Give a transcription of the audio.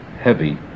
heavy